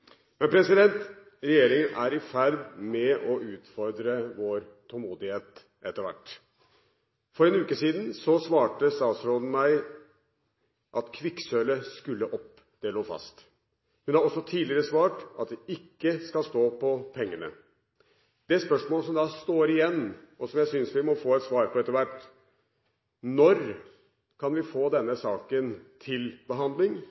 Men regjeringen er i ferd med å utfordre vår tålmodighet etter hvert. For en uke siden svarte statsråden meg at «kvikksølvet skal opp». Det lå fast. Hun har også tidligere svart at det ikke skal stå på pengene. Det spørsmålet som da står igjen, og som jeg syns vi må få et svar på etter hvert, er: Når kan vi få denne saken til behandling,